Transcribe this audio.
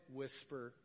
whisper